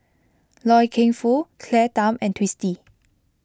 Loy Keng Foo Claire Tham and Twisstii